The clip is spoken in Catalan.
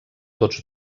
tots